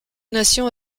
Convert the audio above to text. nation